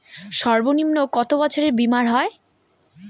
সর্বনিম্ন কত বছরের বীমার হয়?